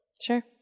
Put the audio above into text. Sure